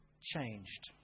changed